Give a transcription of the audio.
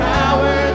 power